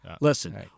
Listen